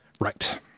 right